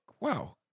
wow